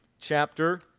chapter